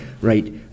Right